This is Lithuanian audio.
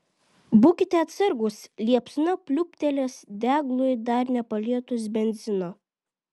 būkite atsargūs liepsna pliūptelės deglui dar nepalietus benzino